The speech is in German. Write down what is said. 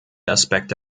aspekte